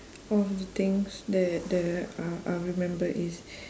of the things that the uh I'll remember is